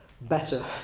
Better